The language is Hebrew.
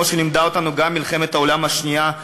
כמו שלימדה אותנו גם מלחמת העולם השנייה,